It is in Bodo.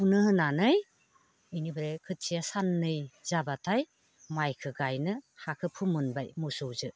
फुनो होनानै बेनिफ्राय खोथिया साननै जाबाथाय माइखौ गायनो हाखौ फोमोनबाय मोसौजों